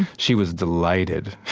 she was delighted